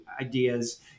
ideas